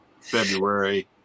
February